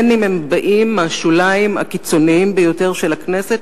גם אם הם באים מהשוליים הקיצוניים ביותר של הכנסת,